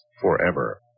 forever